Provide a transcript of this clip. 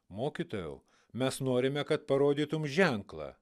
mokytojau mes norime kad parodytum ženklą